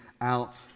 out